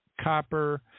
copper